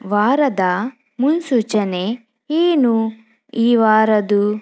ವಾರದ ಮುನ್ಸೂಚನೆ ಏನು ಈ ವಾರದ್ದು